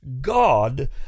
God